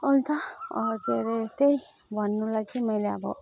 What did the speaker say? अन्त के अरे त्यही भन्नुलाई चाहिँ मैले अब